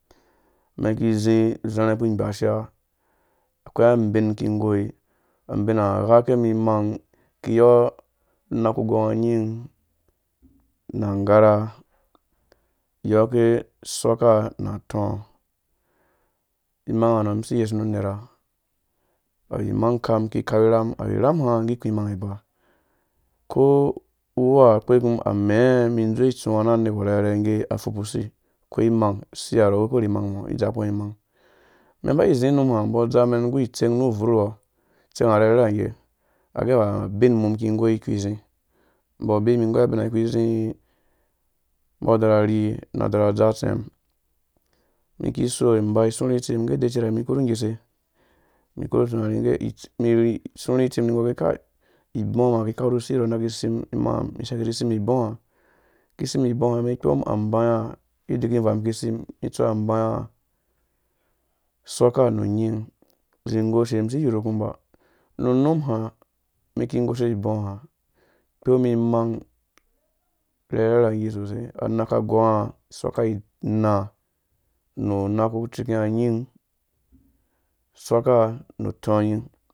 Umen iki zi uzarha ukpu igbashia akoi abin iki igoi abina ghake umum imang ikiyɔɔ unaku gɔnga unying na nggara yɔke sɔkka na atɔɔ imang to hanɔ isi iyesu nu unera awu imang ukam mum iki kaurha rham ha ngge iku imang ha iba uko uwua kpekum amɛɛ umum idzowe bitsuwa na anergwa ge apfupu usi akwai imang usi harɔ uwekpɔ ru imang umɔ idzakku imang umɛn iba izi unum ha umbɔ adzamɛn nggu itsɛr nu ubvur uwɔɔ itɛɛnga irherhe rangge age awu abin mum iki igoi iki zi umbɔ abea mum igoi abina ikizi umbɔ aɔrha rhi na adzaa utsermu umum iki iso iba isurhi itsim ige ude umum ikurhu ngguse umum ikurhu utunani ni isurhi istsimi uker ibu ma iki kau ru usinɔ inaki sim imaam isaike izi isim ibu ha iki sim ibu ha iba ikpom ambai iyi iikiva iki sim itsu ambaia usɔkka nu nying izi igoshe isi iyirukum uba, nu unum ha umum iki goshe ibɔ ha ikpom imang irherhe rangge sosai anakka gɔnga isɔkka inaa na unak kucika nying, sɔkka nu utui